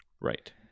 Right